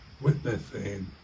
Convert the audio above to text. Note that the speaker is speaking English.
witnessing